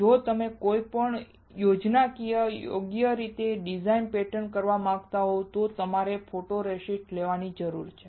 જો તમે કોઈપણ યોજનાકીય કોઈપણ ડિઝાઇનને પેટર્ન કરવા માંગતા હો તો તમારે ફોટોરેસિસ્ટ લેવાની જરૂર છે